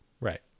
right